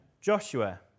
Joshua